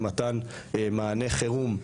למתן מענה חירום,